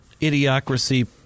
idiocracy